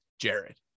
Jared